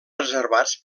reservats